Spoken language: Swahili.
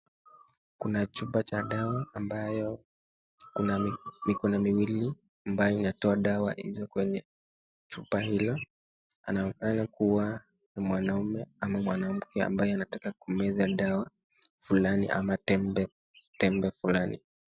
Kuna chupa cha dawa ambayo kuna mikono miwili ambayo inatoa dawa hizo kwenye chupa hilo. Anaonekana kuwa ni mwanume ama mwanamke ambaye anataka kumeza dawa fulani ama tembe fulani.